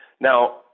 Now